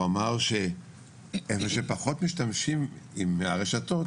הוא אמר שאלה שפחות משתמשים ברשתות,